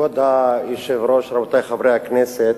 כבוד היושב-ראש, רבותי חברי הכנסת,